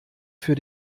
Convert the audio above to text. für